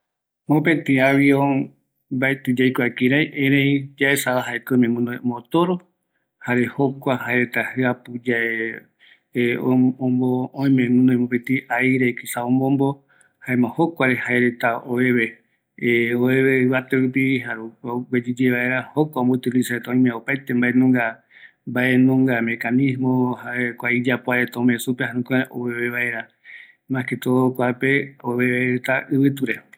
Kua avion reta oveve vaera, jaeko öime guoi motor, jare jae omombo ɨvɨtu tatagueva, yaesa ramboeve, iyapoaretako aipo oikua kïrai oyapova, se aikuaa kïraiko oveveretava